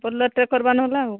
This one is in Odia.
ବୋଲେରଟେ କରବା ନହେଲେ ଆଉ